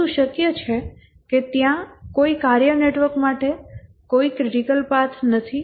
પરંતુ શક્ય છે કે ત્યાં કોઈ કાર્ય નેટવર્ક માટે કોઈ ક્રિટિકલ પાથ નથી